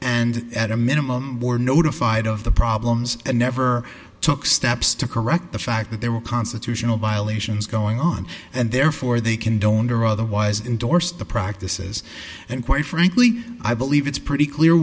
and at a minimum notified of the problems and never took steps to correct the fact that there were constitutional violations going on and therefore they condoned or otherwise indorsed the practices and quite frankly i believe it's pretty clear